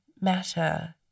matter –